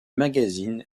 magazine